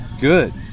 Good